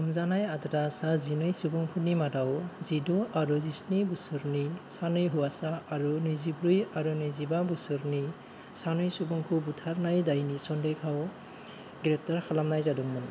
हमजानाय आद्रा सा जिनै सुबुंफोरनि मादाव जिद' आरो जिस्नि बोसोरनि सानै हौवासा आरो नैजिब्रै आरो नैजिबा बोसोरनि सानै सुबुंखौ बुथारनाय दायनि सन्देह'आव ग्रेप्टार खालामनाय जादोंमोन